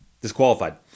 disqualified